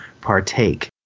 partake